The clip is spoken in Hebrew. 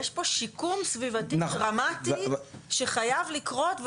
יש פה שיקום סביבתי דרמטי שחייב לקרות,